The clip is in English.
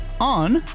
on